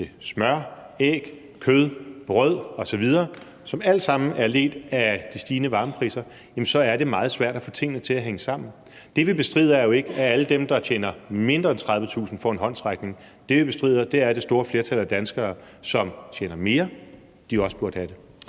smør, æg, kød, brød osv., som alt sammen er ledt af de stigende varmepriser, jamen så er det meget svært at få tingene til at hænge sammen. Det, vi bestrider, er jo ikke, at alle dem, der tjener mindre end 30.000 kr., får en håndsrækning. Det, vi bestrider, er, at det store flertal af danskere, som tjener mere, også burde have det.